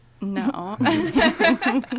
No